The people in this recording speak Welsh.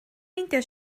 meindio